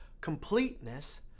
completeness